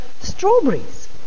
strawberries